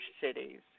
cities